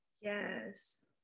yes